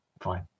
fine